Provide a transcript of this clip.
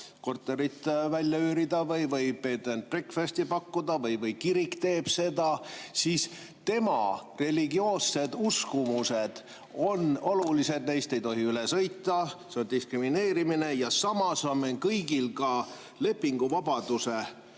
korterit välja üürida võibed and breakfast'i pakkuda või kirik teeb seda, siis religioossed uskumused on olulised, neist ei tohi üle sõita, see oleks diskrimineerimine. Aga samas on meie kõigi puhul ka lepinguvabaduse